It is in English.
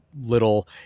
little